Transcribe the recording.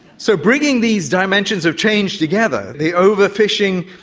so bringing these dimensions of change together the overfishing,